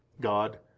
God